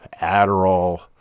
Adderall